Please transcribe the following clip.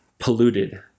polluted